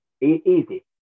easy